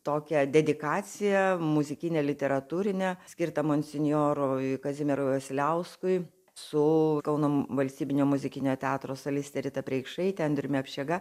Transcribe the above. tokią dedikaciją muzikinę literatūrinę skirtą monsinjorui kazimierui vasiliauskui su kauno valstybinio muzikinio teatro soliste rita preikšaite andriumi apšega